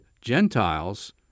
Gentiles